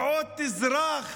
עוד תזרח